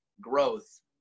growth